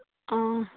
ꯑꯥ